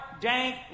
dank